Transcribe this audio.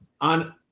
on